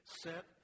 set